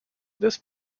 this